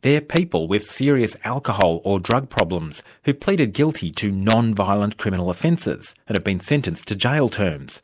they're people with serious alcohol or drug problems who've pleaded guilty to non-violent criminal offences and have been sentenced to jail terms.